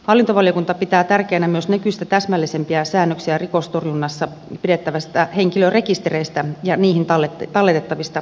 hallintovaliokunta pitää tärkeänä myös nykyistä täsmällisempiä säännöksiä rikostorjunnassa pidettävistä henkilörekistereistä ja niihin talletettavista tiedoista